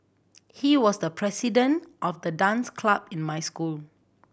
he was the president of the dance club in my school